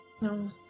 No